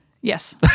Yes